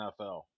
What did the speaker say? NFL